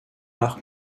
art